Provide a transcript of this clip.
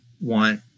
want